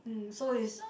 mm so is